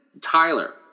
Tyler